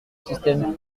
système